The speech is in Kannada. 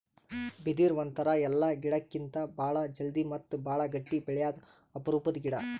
ಬಿದಿರ್ ಒಂಥರಾ ಎಲ್ಲಾ ಗಿಡಕ್ಕಿತ್ತಾ ಭಾಳ್ ಜಲ್ದಿ ಮತ್ತ್ ಭಾಳ್ ಗಟ್ಟಿ ಬೆಳ್ಯಾದು ಅಪರೂಪದ್ ಗಿಡಾ